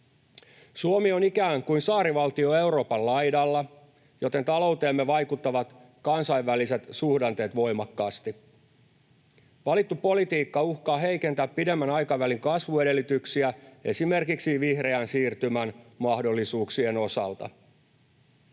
Suomi on ikään kuin saarivaltio Euroopan laidalla, joten talouteemme vaikuttavat kansainväliset suhdanteet voimakkaasti. Valittu politiikka uhkaa heikentää pidemmän aikavälin kasvuedellytyksiä esimerkiksi vihreän siirtymän mahdollisuuksien osalta.